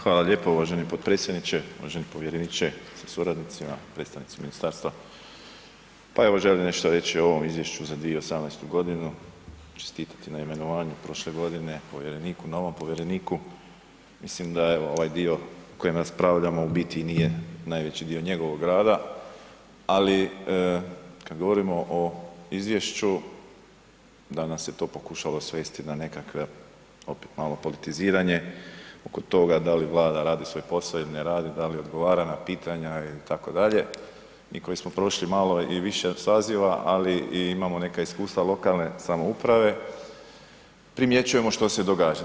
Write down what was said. Hvala lijepo uvaženi potpredsjedniče, uvaženi povjereniče sa suradnicima, predstavnici ministarstva, pa evo želim nešto reći o ovom izvješću za 2018.g., čestitati na imenovanju prošle godine povjereniku, novom povjereniku, mislim da evo ovaj dio koji raspravljamo u biti i nije najveći dio njegovog rada, ali kad govorimo o izvješću, danas se to pokušalo svesti na nekakve, opet malo politiziranje oko toga da li Vlada radi svoj posao ili ne radi, da li odgovara na pitanja itd., mi koji smo prošli i malo više saziva, ali imamo i neka iskustva lokalne samouprave, primjećujemo što se događa.